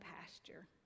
pasture